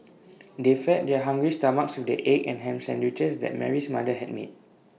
they fed their hungry stomachs with the egg and Ham Sandwiches that Mary's mother had made